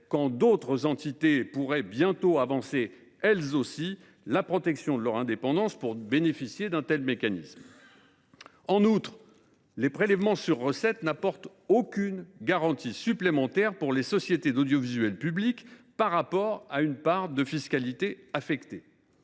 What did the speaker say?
: d’autres entités pourraient, elles aussi, avancer à l’avenir l’argument de la protection de leur indépendance pour bénéficier d’un tel mécanisme. En outre, les prélèvements sur recettes n’apportent aucune garantie supplémentaire pour les sociétés d’audiovisuel public par rapport à une part de fiscalité affectée.